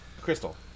Crystal